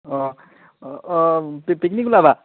অঁ অঁ পিকনিক ওলাবা